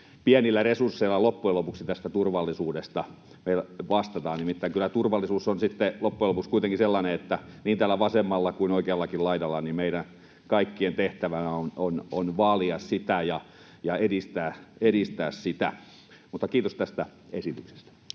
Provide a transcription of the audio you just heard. pienillä resursseilla loppujen lopuksi tästä turvallisuudesta vastataan. Nimittäin kyllä turvallisuus on sitten loppujen lopuksi kuitenkin sellainen, että niin täällä vasemmalla kuin oikeallakin laidalla meidän kaikkien tehtävänä on vaalia sitä ja edistää sitä. — Kiitos tästä esityksestä.